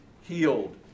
healed